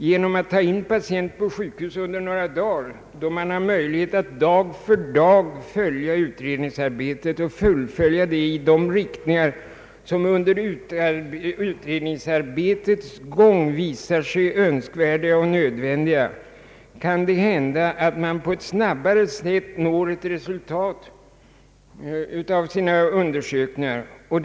Genom att ta in patienten på sjukhus under några dagar då man har möjlighet att dag för dag följa utredningsarbetet och fullfölja det i de riktningar som under utredningsarbetets gång visar sig önskvärda och nödvändiga kan det hända att man på ett snabbare sätt får fram ett undersökningsresultat.